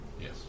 Yes